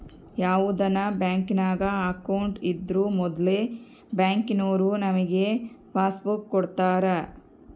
ಯಾವುದನ ಬ್ಯಾಂಕಿನಾಗ ಅಕೌಂಟ್ ಇದ್ರೂ ಮೊದ್ಲು ಬ್ಯಾಂಕಿನೋರು ನಮಿಗೆ ಪಾಸ್ಬುಕ್ ಕೊಡ್ತಾರ